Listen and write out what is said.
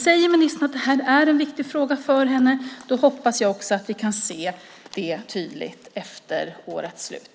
Säger ministern att det här är en viktig fråga för henne hoppas jag att vi också kan se det tydligt efter årets slut.